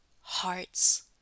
hearts